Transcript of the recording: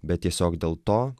bet tiesiog dėl to